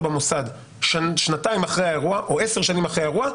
במוסד שנתיים אחרי האירוע או 10 שנים אחרי האירוע,